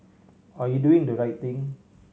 are you doing the right thing